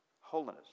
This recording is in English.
Holiness